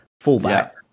fullback